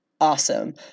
awesome